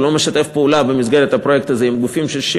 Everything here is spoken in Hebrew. שהוא לא משתף פעולה במסגרת הפרויקט הזה עם גופים שם,